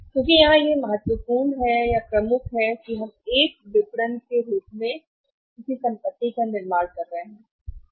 क्योंकि यहाँ यह महत्वपूर्ण है प्रमुख यह है कि हम एक विपणन के रूप में निर्माण कर रहे हैं संपत्ति